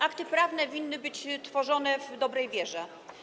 Akty prawne winny być tworzone w dobrej wierze.